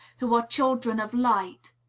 who are children of light.